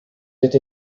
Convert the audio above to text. êtes